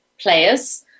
players